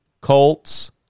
Colts